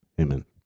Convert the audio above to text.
Amen